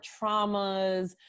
traumas